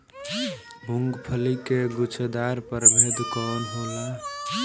मूँगफली के गुछेदार प्रभेद कौन होला?